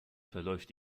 verläuft